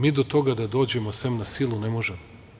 Mi do toga da dođemo, sem na silu, ne možemo.